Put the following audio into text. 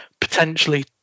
potentially